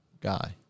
guy